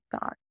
god